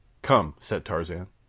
come, said tarzan,